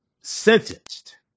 sentenced